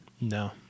No